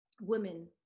women